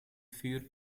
für